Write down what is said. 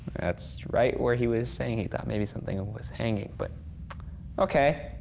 that's right where he was saying that maybe something and was hanging, but okay.